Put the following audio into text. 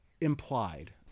implied